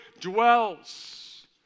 dwells